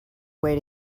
way